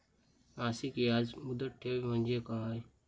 मासिक याज मुदत ठेव म्हणजे काय?